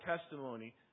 testimony